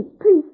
please